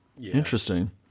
Interesting